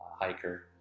hiker